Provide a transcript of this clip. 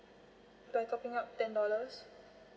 by topping up ten dollars